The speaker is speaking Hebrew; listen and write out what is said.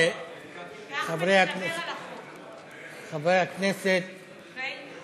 חברי הכנסת, אחמד, תדבר על החוק.